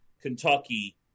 Kentucky